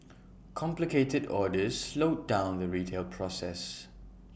complicated orders slowed down the retail process